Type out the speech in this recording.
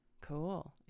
Cool